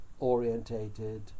orientated